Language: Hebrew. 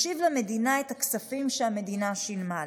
ישיב למדינה את הכספים שהמדינה שילמה לו.